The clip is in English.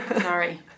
Sorry